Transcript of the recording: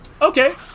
Okay